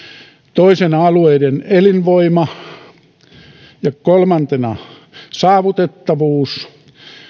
toisena alueiden elinvoima kolmantena saavutettavuus